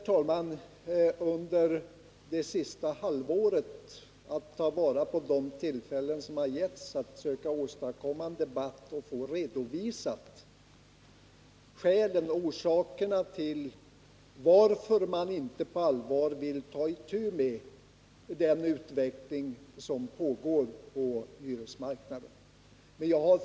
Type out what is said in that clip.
Jag har under det senaste halvåret försökt att ta vara på de tillfällen som givits för att åstadkomma en debatt där vi får redovisade skälen och orsakerna till att man inte på allvar vill ta itu med den utveckling som pågår på hyresmarknaden.